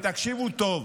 ותקשיבו טוב,